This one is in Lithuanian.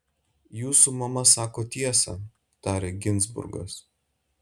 jūsų mama sako tiesą tarė ginzburgas